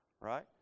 right